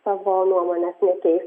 savo nuomonės nekeis